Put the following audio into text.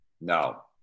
No